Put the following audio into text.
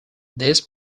these